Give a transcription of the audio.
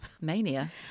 Mania